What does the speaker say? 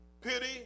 pity